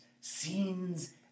scenes